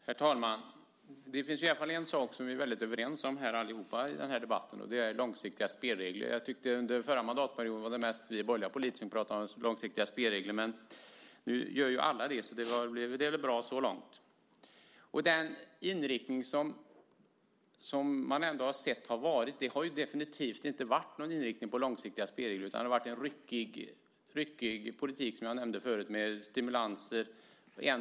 Herr talman! Det finns i alla fall en sak som vi alla är överens om i den här debatten, och det är långsiktiga spelregler. Under den förra mandatperioden var det mest vi borgerliga politiker som pratade om långsiktiga spelregler, men nu gör alla det. Det är väl bra så långt. Det har inte varit någon inriktning på långsiktiga spelregler, utan det har varit en ryckig politik med olika stimulanser.